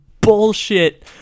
bullshit